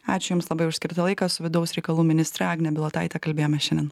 ačiū jums labai už skirtą laiką su vidaus reikalų ministre agne bilotaite kalbėjome šiandien